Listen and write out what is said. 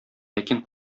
ләкин